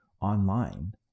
online